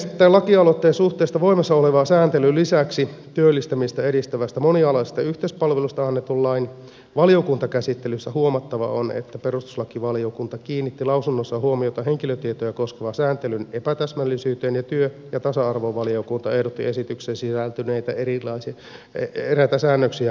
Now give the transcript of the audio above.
tämän lakialoitteen suhteesta voimassa olevaan sääntelyyn lisäksi työllistymistä edistävästä monialaisesta yhteispalvelusta annetun lain valiokuntakäsittelyssä huomattava on että perustuslakivaliokunta kiinnitti lausunnossaan huomiota henkilötietoja koskevan sääntelyn epätäsmällisyyteen ja työ ja tasa arvovaliokunta ehdotti esitykseen sisältyneitä eräitä säännöksiä muutettavaksi